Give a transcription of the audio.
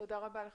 תודה רבה.